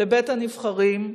לבית-הנבחרים,